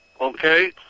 Okay